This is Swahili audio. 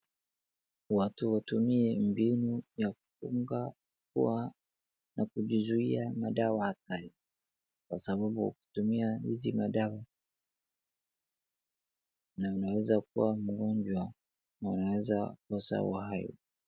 Watu watumie mbinu ya kinga kwa na kujizuia kutokana na madawa hatari. Kwa sababu wakitumia hizi madawa wanaweza kuwa wagonjwa, wanaweza kukosa uhai.